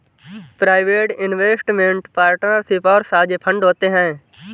private investment partnership और साझे fund होते हैं